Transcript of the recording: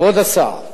כבוד השר,